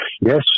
Yes